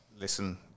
listen